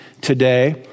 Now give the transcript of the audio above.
today